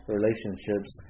relationships